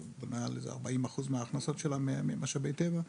שמעל 40% מההכנסות שלהם הם משאבי טבע,